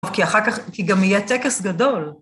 כי אחר כך, כי גם יהיה טקס גדול.